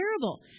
terrible